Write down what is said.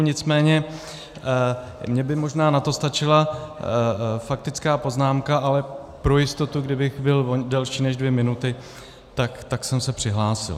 Nicméně mně by možná na to stačila faktická poznámka, ale pro jistotu, kdybych byl delší než dvě minuty, tak jsem se přihlásil.